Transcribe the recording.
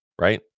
right